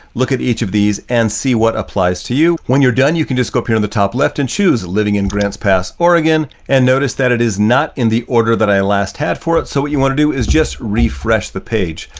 look at each of these and see what applies to you. when you're done, you can just go up here on the top left and choose living in grants pass oregon, and notice that it is not in the order that i last had for it. so what you want to do is just refresh the page.